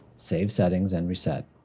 save settings and reset.